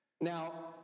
Now